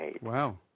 Wow